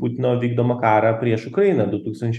putino vykdomą karą prieš ukrainą du tūkstančiai